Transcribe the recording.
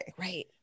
Right